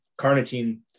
carnitine